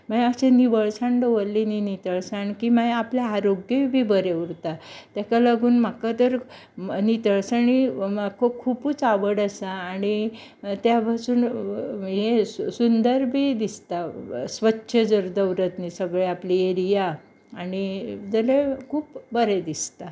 अशें निवळसाण दवरली न्ही नितळसाण की मागीर आपले आरोग्यय बी बरें उरता तेका लागून म्हाका तर नितळसाण खूब खूबच आवड आसा आनी त्या पासून हे सुंदर बी दिसता स्वच्छ जर दवरत न्ही सगळें आपली एरिया आनी जाल्यार खूब बरें दिसता